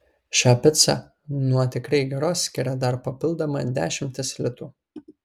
šią picą nuo tikrai geros skiria dar papildoma dešimtis litų